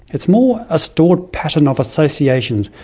it's more a stored pattern of associations,